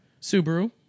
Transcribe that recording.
Subaru